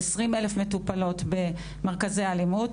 20,000 מטופלות במרכזי אלימות,